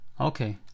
Okay